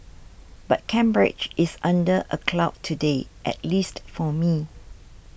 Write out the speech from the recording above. but Cambridge is under a cloud today at least for me